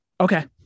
Okay